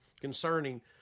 concerning